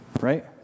right